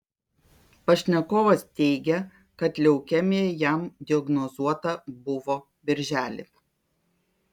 pašnekovas teigia kad leukemija jam diagnozuota buvo birželį